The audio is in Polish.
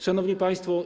Szanowni Państwo!